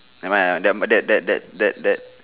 never mind ah dumber that that that that that